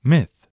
Myth